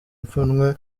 ipfunwe